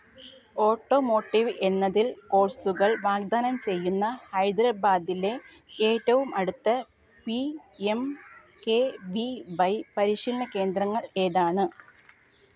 automotive എന്നതിൽ കോഴ്സുകൾ വാഗ്ദാനം ചെയ്യുന്ന ഹൈദരാബാദിലെ ഏറ്റവും അട്ത്ത് P M K V Y പരിശീലന കേന്ദ്രങ്ങൾ ഏതാണ്